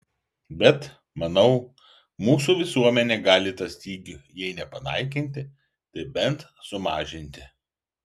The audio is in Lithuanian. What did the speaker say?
bet manau mūsų visuomenė gali tą stygių jei ne panaikinti tai bent sumažinti